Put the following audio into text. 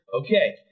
Okay